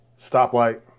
Stoplight